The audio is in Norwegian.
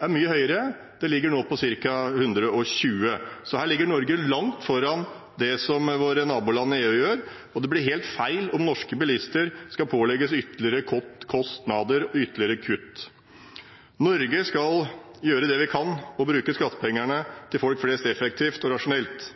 er mye høyere, det ligger nå på ca. 120. Så her ligger Norge langt foran det Norges naboland i EU gjør, og det blir helt feil om norske bilister skal pålegges ytterligere kostnader og ytterligere kutt. I Norge skal vi gjøre det vi kan og bruke skattepengene til folk flest effektivt og rasjonelt,